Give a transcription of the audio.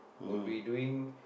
will be doing